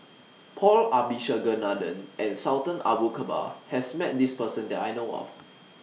Paul Abisheganaden and Sultan Abu Bakar has Met This Person that I know of